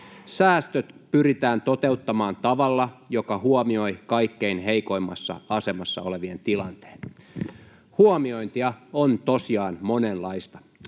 ”Säästöt pyritään toteuttamaan tavalla, joka huomioi kaikkein heikoimmassa asemassa olevien tilanteen.” Huomiointia on tosiaan monenlaista.